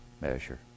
measure